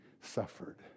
suffered